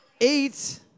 eight